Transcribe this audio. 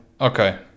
Okay